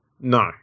No